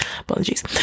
Apologies